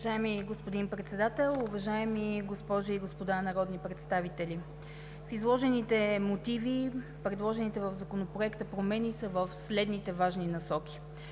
Уважаеми господин Председател, уважаеми госпожи и господа народни представители! В изложените мотиви предложените в Законопроекта промени са в следните важни насоки.